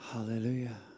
Hallelujah